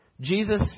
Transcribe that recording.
Jesus